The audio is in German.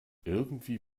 irgendwie